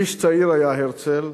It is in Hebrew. איש צעיר היה הרצל,